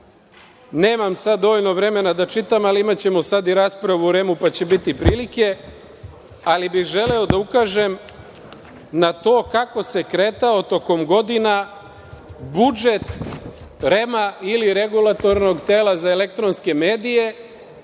Nemam sada dovoljno vremena da čitam, ali imaćemo sada i raspravu o REM, pa će biti prilike, ali bih želeo da ukažem na to kako se kretao tokom godina budžet REM ili Regulatornog tela za elektronske medije,